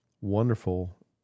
wonderful